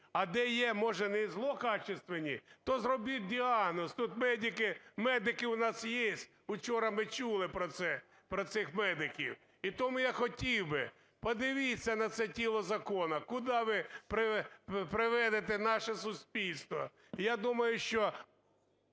а де є, може, не злокачественные, то зробіть діагноз. Тут медики, медики у нас є, учора ми чули про це, про цих медиків. І тому я хотів би, подивіться на це тіло закону, куди ви приведете наше суспільство. І я думаю, що...